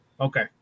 Okay